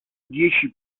dieci